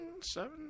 seven